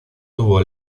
tuvo